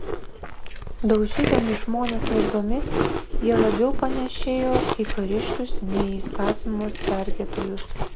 daužydami žmones lazdomis jie labiau panėšėjo į kariškius nei į įstatymo sergėtojus